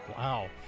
wow